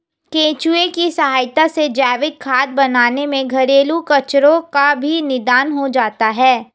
केंचुए की सहायता से जैविक खाद बनाने में घरेलू कचरो का भी निदान हो जाता है